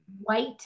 white